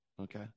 Okay